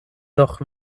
noch